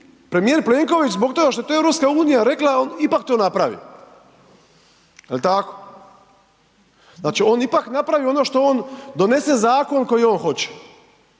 premijer Plenković zbog toga što je to EU rekla ipak to napravi, jel tako? Znači, on ipak napravi ono što on donese zakon koji on hoće.